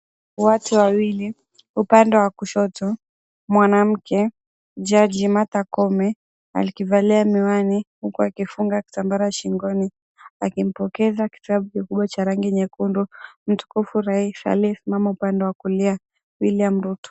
Watu wawili. Upande wa kushoto, mwanamke, Jaji Martha Koome akivalia miwani huku akifunga kitambara shingoni, akimpokeza kitabu kikubwa cha rangi nyekundu Mtukufu Rais, aliyesimama upande wa kulia, William Ruto.